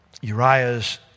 Uriah's